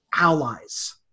allies